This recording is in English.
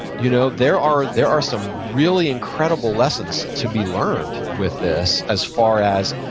you know there are there are some really incredible lessons to be learned with this as far as,